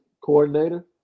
coordinator